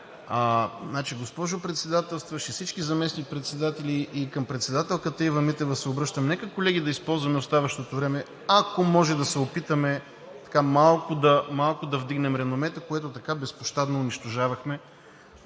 класици. Госпожо Председателстващ, всички заместник-председатели и към председателя Ива Митева се обръщам: колеги, нека да използваме оставащото време и ако може, да се опитаме малко да вдигнем реномето, което така безпощадно унищожавахме